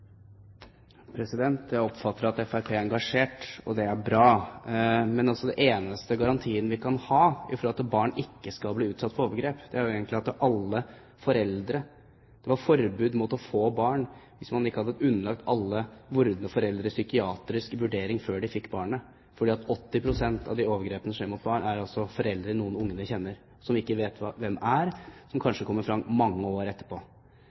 engasjert. Det er bra. Men den eneste garantien vi kan ha for at barn ikke skal bli utsatt for overgrep, vil egentlig være at det var forbud mot å få barn hvis man som vordende foreldre ikke hadde underlagt seg psykiatrisk vurdering før man fikk barnet, for 80 pst. av de overgrepene som skjer mot barn, begås av foreldre eller noen andre barna kjenner, som vi ikke vet hvem er – det kommer kanskje frem mange år etterpå.